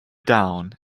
down